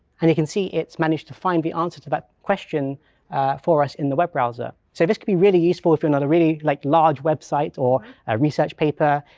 and you can see it's managed to find the answer to that question for us in the web browser. so this could be really useful if you're on a really like large website or a research paper,